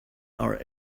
are